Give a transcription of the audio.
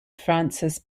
francis